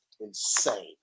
insane